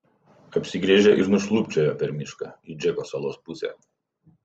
apsigręžė ir nušlubčiojo per mišką į džeko salos pusę